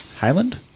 Highland